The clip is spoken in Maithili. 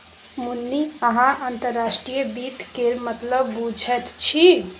मुन्नी अहाँ अंतर्राष्ट्रीय वित्त केर मतलब बुझैत छी